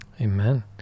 Amen